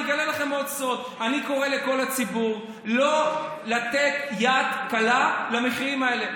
אני אגלה לכם עוד סוד: אני קורא לכל הציבור לא לתת יד קלה למחירים האלה.